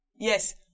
Yes